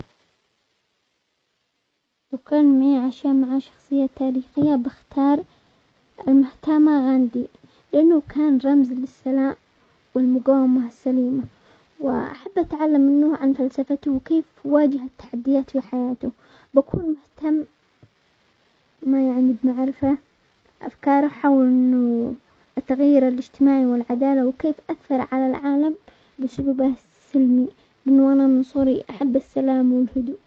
لو كان معي عشا مع شخصية تاريخية بختار المهتمة غاندي، لانه كان رمز للسلام والمقاومة السليمة، واحب اتعلم منه عن فلسفته وكيف واجه التحديات في حياته، بكون مهتم ما يعني بمعرفة افكاره حول انه التغيير الاجتماعي والعدالة وكيف اثر على العالم بسببه السلمي من وانا من صغري احب السلام والهدوء.